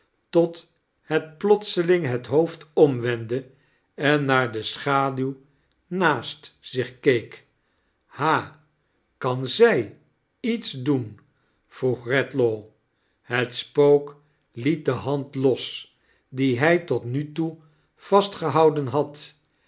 tot het plotseling het hoofd omwendde en naar de schaduw naast zich keek ha kan z ij iets doen vroeg redlaw het spook liet de hand los die hij tot nu toe vastgehouden had